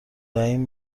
دهیم